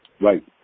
Right